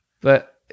But-